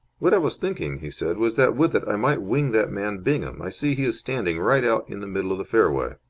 what i was thinking, he said, was that with it i might wing that man bingham. i see he is standing right out in the middle of the fairway.